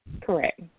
Correct